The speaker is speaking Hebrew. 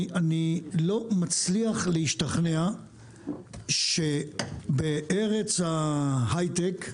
אני לא מצליח להשתכנע שבארץ ההייטק,